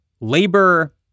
labor